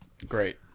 Great